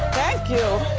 thank you.